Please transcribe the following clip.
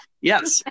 Yes